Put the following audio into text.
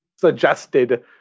suggested